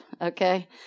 Okay